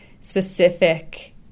specific